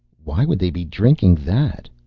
why would they be drinking that?